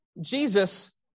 Jesus